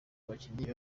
bakinnyi